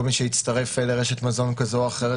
כל מי שהצטרף לרשת מזון כזאת או אחרת,